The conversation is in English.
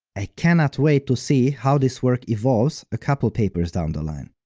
i cannot wait to see how this work evolves a couple papers down the line.